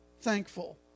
thankful